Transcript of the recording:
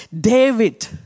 David